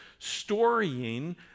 Storying